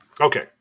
Okay